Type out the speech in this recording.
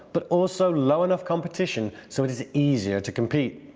but also low enough competition so it is easier to compete.